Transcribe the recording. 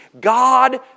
God